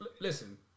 Listen